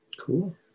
Cool